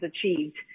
achieved